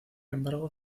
embargo